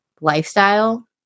lifestyle